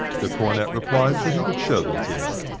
the cornet replied that he would show them to him,